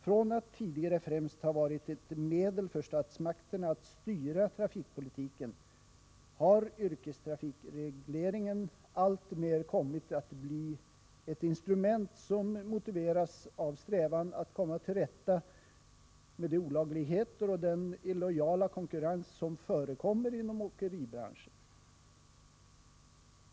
Från att tidigare främst ha varit ett medel för statsmakterna att styra trafikpolitiken har yrkestrafikregleringen alltmer kommit att bli ett instrument, som motiveras av strävan att komma till rätta med de olagligheter och den illojala konkurrens som förekommer inom åkeribranschen.